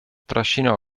trascinò